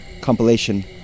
compilation